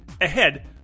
ahead